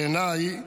בעיניי,